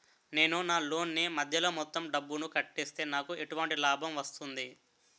నేను నా లోన్ నీ మధ్యలో మొత్తం డబ్బును కట్టేస్తే నాకు ఎటువంటి లాభం వస్తుంది?